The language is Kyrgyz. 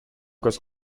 көз